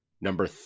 number